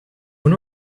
when